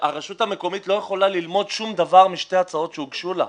שהרשות המקומית לא יכולה ללמוד שום דבר משתי הצעות שהוגשו לה,